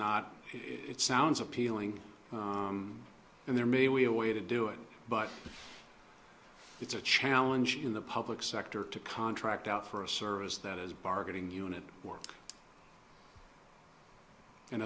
not it sounds appealing and there maybe we a way to do it but it's a challenge in the public sector to contract out for a service that is bargaining unit work